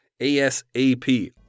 ASAP